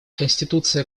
конституция